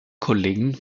kollegen